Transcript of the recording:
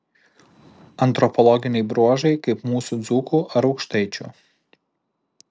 antropologiniai bruožai kaip mūsų dzūkų ar aukštaičių